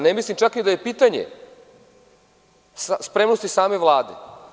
Ne mislim čak ni da je pitanje spremnosti same Vlade.